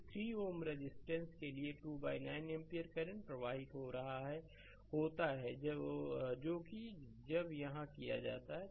तो 3 Ω रेजिस्टेंस के लिए 29 एम्पीयर करंट प्रवाहित होता है जो कि जब यहाँ किया जाता है